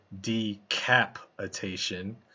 decapitation